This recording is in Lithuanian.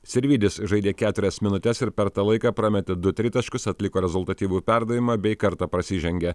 sirvydis žaidė keturias minutes ir per tą laiką prametė du tritaškius atliko rezultatyvų perdavimą bei kartą prasižengė